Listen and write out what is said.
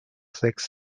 sechs